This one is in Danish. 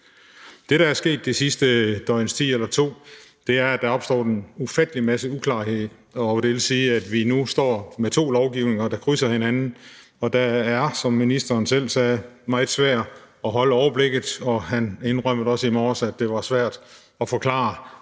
Det, der er sket det sidste døgns tid eller to, er, at der er opstået en ufattelig masse uklarhed. Det vil sige, at vi nu står med to lovgivninger, der krydser hinanden, og det er, som ministeren selv sagde, meget svært at holde overblikket, og han indrømmede også i morges, at det var svært at forklare,